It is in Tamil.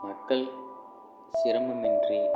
மக்கள் சிரமமின்றி